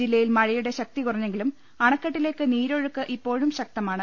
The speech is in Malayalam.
ജില്ലയിൽ മഴയുടെ ശക്തി കുറഞ്ഞെങ്കിലും അണക്കെട്ടിലേക്ക് നീരൊഴുക്ക് ഇപ്പോഴും ശക്തമാണ്